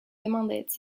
demandait